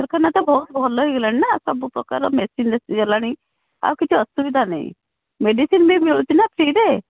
ଡାକ୍ତରଖାନା ତ ବହୁତ ଭଲ ହେଇଗଲାଣି ନା ସବୁପ୍ରକାର ମେସିନ୍ ଆସିଗଲାଣି ଆଉ କିଛି ଅସୁବିଧା ନାହିଁ ମେଡ଼ିସିନ୍ ବି ମିଳୁଛି ନା ଫ୍ରିରେ